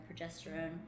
progesterone